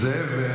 זאב,